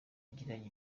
yagiranye